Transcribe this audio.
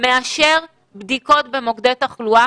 מאשר בדיקות במוקדי תחלואה?